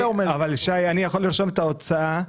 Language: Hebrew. אני יכול לרשום את ההוצאה,